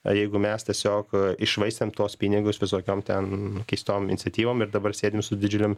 ar jeigu mes tiesiog išvaistėm tuos pinigus visokiom ten keistom iniciatyvom ir dabar sėdim su didžiulėm